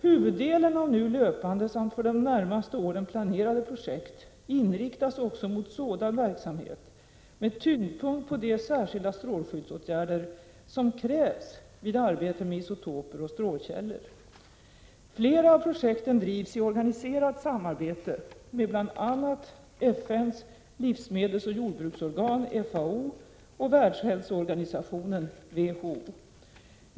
Huvuddelen av nu löpande samt för de närmaste åren planerade projekt inriktas också mot sådan verksamhet med tyngdpunkt på de särskilda strålskyddsåtgärder som krävs vid arbete med isotoper och strålkällor. Flera av projekten drivs i organiserat samarbete med bl.a. FN:s livsmedelsoch jordbruksorgan, FAO och världshälsöorganisationen, WHO.